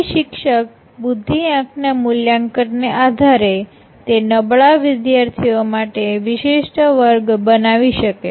તેથી શિક્ષક બુદ્દીઆંક ના મૂલ્યાંકનને આધારે તે નબળા વિધાર્થીઓ માટે વિશિષ્ટ વર્ગ બનાવી શકે